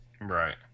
Right